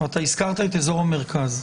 ואתה הזכרת את אזור המרכז,